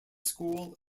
school